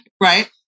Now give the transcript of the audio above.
right